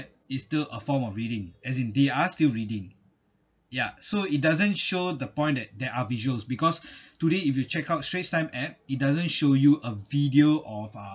it is still a form of reading as in they are still reading ya so it doesn't show the point it there are visuals because today if you check out straits time app it doesn't show you a video of uh